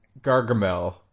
Gargamel